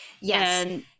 Yes